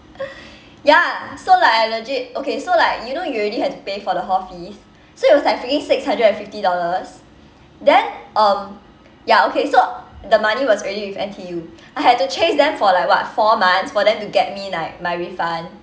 ya so like I legit okay so like you know you already have to pay for the hall fees so it was like freaking six hundred and fifty dollars then um ya okay so the money was already with N_T_U I had to chase them for like what four months for them to get me like my refund